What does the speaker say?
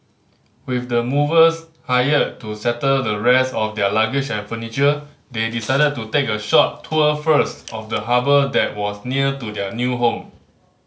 with the movers hired to settle the rest of their luggage and furniture they decided to take a short tour first of the harbour that was near to their new home